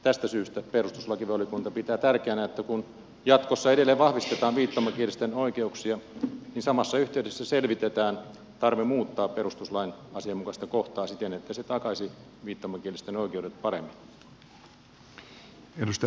tästä syystä perustuslakivaliokunta pitää tärkeänä että kun jatkossa edelleen vahvistetaan viittomakielisten oikeuksia niin samassa yhteydessä selvitetään tarve muuttaa perustuslain asianmukaista kohtaa siten että se takaisi viittomakielisten oikeudet paremmin